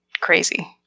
crazy